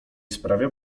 sprawia